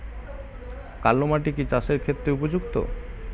কালো মাটি কি চাষের ক্ষেত্রে উপযুক্ত?